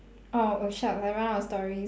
orh oh shucks I run out of stories